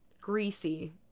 greasy